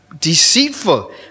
deceitful